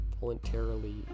voluntarily